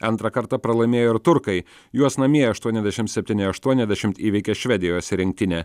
antrą kartą pralaimėjo ir turkai juos namie aštuoniasdešim septyni aštuoniasdešimt įveikė švedijos rinktinė